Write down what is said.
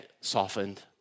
softened